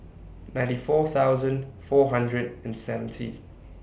ninety four thousand four hundred and seventy